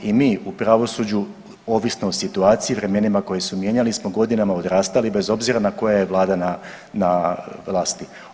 I mi u pravosuđu ovisno o situaciji, vremenima koje smo mijenjali smo godinama odrastali bez obzira koja je Vlada na vlasti.